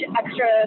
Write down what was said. extra